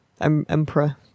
emperor